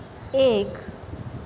એક